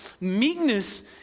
Meekness